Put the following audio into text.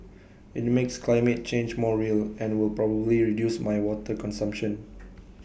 IT makes climate change more real and will probably reduce my water consumption